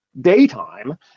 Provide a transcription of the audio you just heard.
daytime